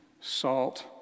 salt